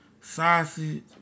Sausage